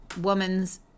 woman's